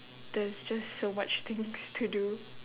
there's just so much things to do